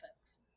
folks